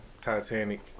Titanic